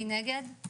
מי נגד?